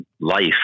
life